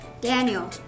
Daniel